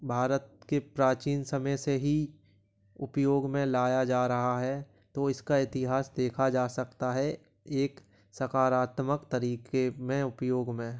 भारत के प्राचीन समय से ही उपयोग में लाया जा रहा है तो इसका इतिहास देखा जा सकता है एक सकारात्मक तरीके में उपयोग में